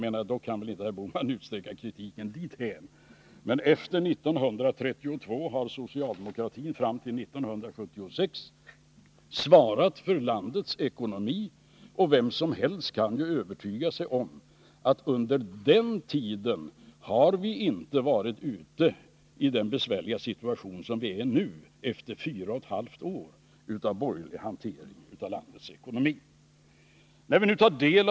Men från 1932 fram till 1976 har socialdemokratin svarat för landets ekonomi, och vem som helst kan övertyga sig om att under den tiden var vi inte i någon så besvärlig situation som den vi nu är i efter fyra och ett halvt år av borgerlig hantering av landets ekonomi.